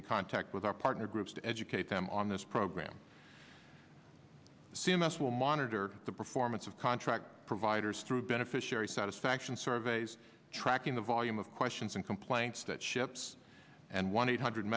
in contact with our partner groups to educate them on this program the c m s will monitor the performance of contract providers through beneficiary satisfaction surveys tracking the volume of questions and complaints that ships and one eight hundred